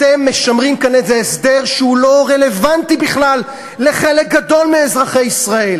אתם משמרים כאן איזה הסדר שהוא לא רלוונטי בכלל לחלק גדול מאזרחי ישראל.